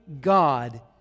God